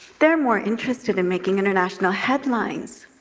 they're more interested in making international headlines.